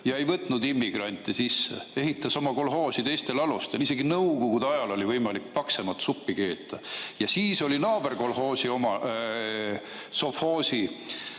ja ei võtnud immigrante sisse, ehitas oma kolhoosi teistel alustel. Isegi Nõukogude ajal oli võimalik paksemat suppi keeta. Ja siis oli naabersovhoosi direktor,